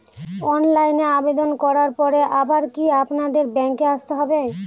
অনলাইনে আবেদন করার পরে আবার কি আপনাদের ব্যাঙ্কে আসতে হবে?